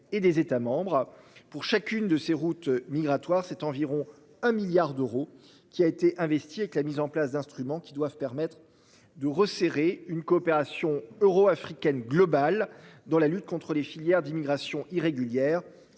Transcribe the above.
et des États membres pour chacune de ces routes migratoires c'est environ un milliard d'euros qui a été investi, et que la mise en place d'instrument qui doivent permettre de resserrer une coopération euro-africaine global dans la lutte contre les filières d'immigration irrégulière